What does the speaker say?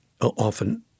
often